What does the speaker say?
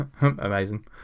Amazing